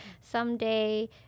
someday